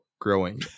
growing